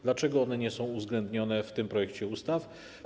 Dlaczego one nie są uwzględnione w tym projekcie ustawy?